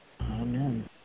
Amen